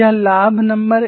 वह लाभ नंबर एक है